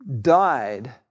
died